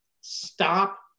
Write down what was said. Stop